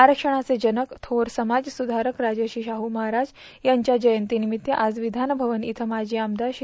आरक्षणाचे जनक थोर समाजसुधारक राजर्षी शाह महाराज यांच्या जर्यतीनिमित्त आज विधानभवन इथे माजी आमदार श्री